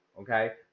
Okay